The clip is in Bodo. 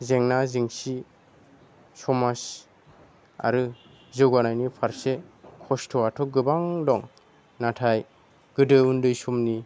जेंना जेंसि समाज आरो जौगानायनि फारसे खस्थआथ' गोबां दं नाथाय गोदो उन्दै समनि